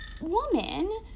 woman